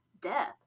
death